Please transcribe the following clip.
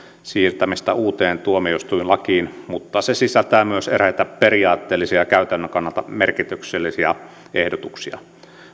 siirtämisestä uuteen tuomioistuinlakiin mutta se sisältää myös eräitä periaatteellisia ja käytännön kannalta merkityksellisiä ehdotuksia